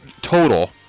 Total